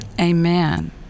Amen